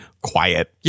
quiet